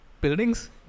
buildings